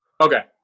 Okay